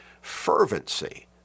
fervency